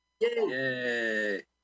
Yay